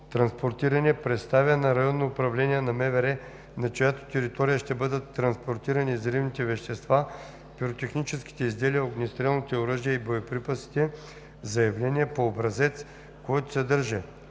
транспортиране представя на РУ на МВР, на чиято територия ще бъдат транспортирани взривните вещества, пиротехническите изделия, огнестрелните оръжия и боеприпасите, заявление по образец, което съдържа